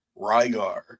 Rygar